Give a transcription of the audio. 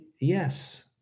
yes